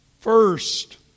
First